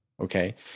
Okay